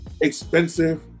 expensive